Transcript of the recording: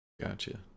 Gotcha